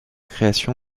création